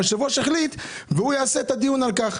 היושב-ראש החליט והוא יעשה את הדיון על כך.